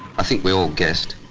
i think we all guessed.